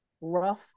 rough